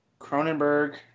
Cronenberg